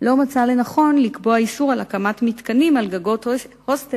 לא מצא לנכון לקבוע איסור על הקמת מתקנים על גגות הוסטלים,